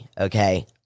okay